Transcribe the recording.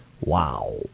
Wow